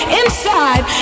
inside